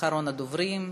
אחרון הדוברים.